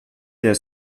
der